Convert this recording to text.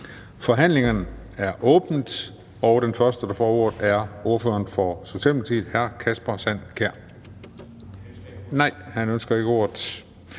Forhandlingen er åbnet, og den første, der får ordet, er ordføreren for Socialdemokratiet, hr. Kasper Sand Kjær. Nej, han ønsker ikke ordet.